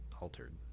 altered